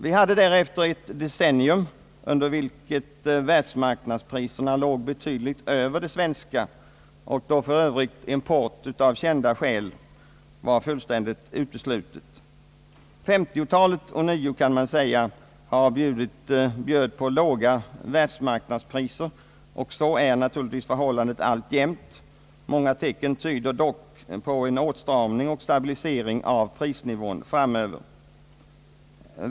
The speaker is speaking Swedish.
Vi hade därefter ett decennium, under vilket världsmarknadspriserna låg betydligt över de svenska och då för övrigt import av kända skäl var fullständigt utesluten. 1950-talet, kan man säga, bjöd ånyo på låga världsmarknadspriser och så är naturligtvis förhållandet alltjämt. Många tecken tyder dock på en åtstramning och stabilisering av prisnivån framöver.